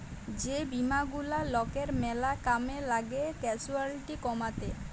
যে বীমা গুলা লকের ম্যালা কামে লাগ্যে ক্যাসুয়ালটি কমাত্যে